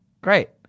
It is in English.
Great